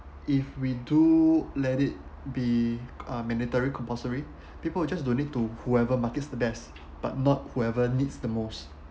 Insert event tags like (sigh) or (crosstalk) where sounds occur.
if we do let it be uh mandatory compulsory (breath) people just donate to whoever markets the best but not whoever needs the most